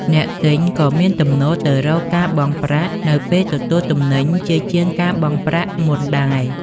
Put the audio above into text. អ្នកទិញក៏មានទំនោរទៅរកការបង់ប្រាក់នៅពេលទទួលទំនិញជាជាងការបង់ប្រាក់មុនដែរ។